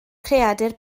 creadur